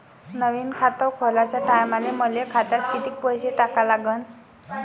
नवीन खात खोलाच्या टायमाले मले खात्यात कितीक पैसे टाका लागन?